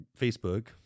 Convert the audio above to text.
Facebook